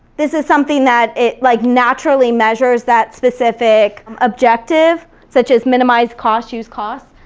this is something that it like naturally measures that specific objective, such as minimize cost, use cost.